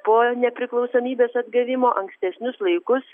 po nepriklausomybės atgavimo ankstesnius laikus